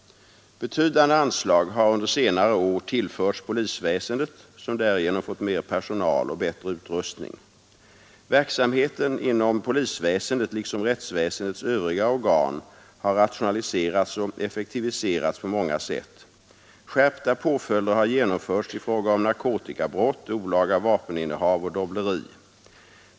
Betydande anslag har under senare år tillförts polisväsendet, som därigenom fått mera personal och bättre utrustning. Verksamheten inom polisväsendet liksom rättsväsendets övriga organ har rationaliserats och effektiviserats på många sätt. Skärpta påföljder har genomförts i fråga om narkotikabrott, olaga vapeninnehav och dobbleri.